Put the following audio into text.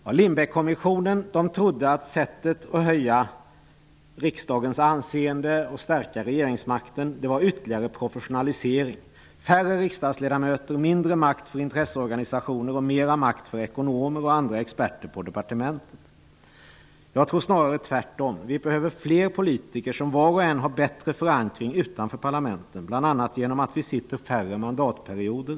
Lindbeckkommissionen trodde att vägen att höja riksdagens anseende och stärka regeringsmakten var ytterligare professionalisering, färre riksdagsledamöter, mindre makt för intresseorganisationer och mera makt för ekonomer och andra experter på departementen. Jag tror snarare att det är tvärtom. Vi behöver fler politiker som var och en har bättre förankring utanför parlamenten. Det åstadkoms bl.a. genom att vi sitter färre mandatperioder.